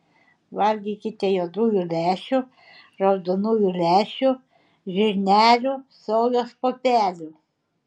valgykite juodųjų lęšių raudonųjų lęšių žirnelių sojos pupelių